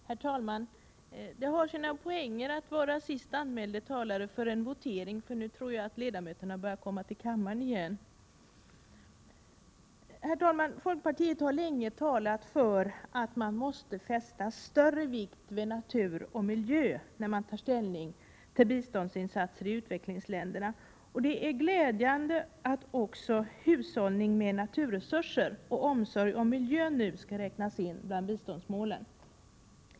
Herr talman! Det har sina poänger att vara sist anmälda talare före en votering, för nu tror jag att ledamöterna börjar komma till kammaren igen. Herr talman! Folkpartiet har länge talat för att man måste fästa större vikt vid natur och miljö när man tar ställning till biståndsinsatser i utvecklingsländerna. Det är glädjande att också ”hushållning med naturresurser och omsorg om miljön” nu skall räknas in bland biståndsmålen.